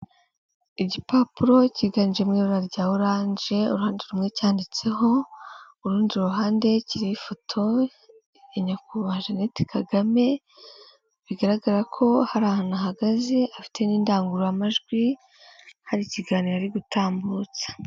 Igipapuro cyiganjemo ibara rya oranje. Uruhande rumwe cyanditseho, urundi ruhande kiriho ifoto ya Nyakubahwa Jeannette Kagame bigaragara ko hari ahantu ahagaze, afite n'indangururamajwi hari ikiganiro ari gutambutsa.